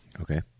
Okay